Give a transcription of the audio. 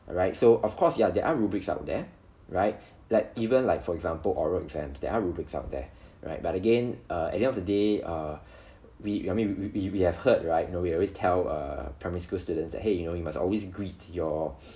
alright so of course yeah there are that are rubrics out there right like even like for example oral exams there are rubrics out there right but again err at the end of the day err we I mean we we have heard right you know we always tell err primary school students that !hey! you know you must always greet your